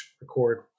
record